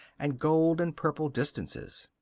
and gold-and-purple distances.